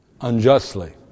Unjustly